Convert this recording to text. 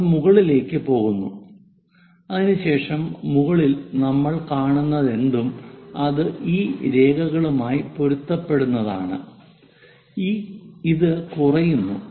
അത് മുകളിലേക്ക് പോകുന്നു അതിനുശേഷം മുകളിൽ നമ്മൾ കാണുന്നതെന്തും അത് ഈ രേഖകളുമായി പൊരുത്തപ്പെടുന്നതാണ് ഇത് കുറയുന്നു